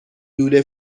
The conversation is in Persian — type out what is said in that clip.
لوله